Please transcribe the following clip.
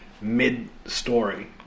mid-story